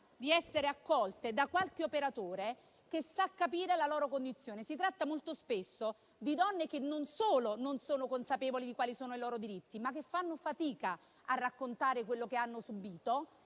di essere accolte da qualche operatore che sappia capire la loro condizione. Si tratta molto spesso di donne che non solo non sono consapevoli dei propri diritti, ma che fanno fatica a raccontare o addirittura